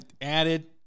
added